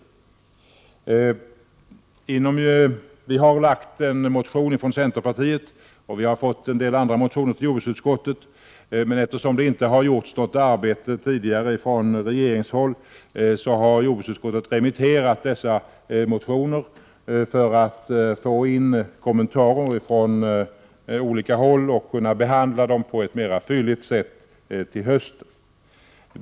Vi har från centerpartiet lagt fram en motion, och jordbruksutskottet har fått en del andra motioner, men eftersom det inte tidigare har gjorts något arbete från regeringshåll har jordbruksutskottet remitterat dessa motioner för att få in kommentarer från olika håll och kunna behandla dem på ett mer fylligt sätt till hösten.